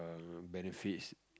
um benefits